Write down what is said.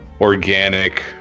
organic